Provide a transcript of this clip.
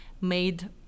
made